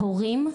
הורים,